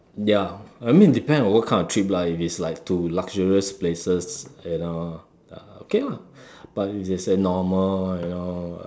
ya I mean depend on what kind of trip lah if it's like to luxurious places you know uh okay lah but if it's a normal you know uh